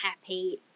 happy